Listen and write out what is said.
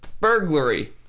Burglary